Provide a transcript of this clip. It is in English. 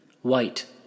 white